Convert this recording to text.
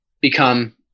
become